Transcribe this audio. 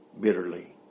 bitterly